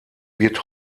wird